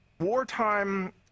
wartime